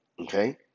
okay